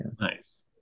Nice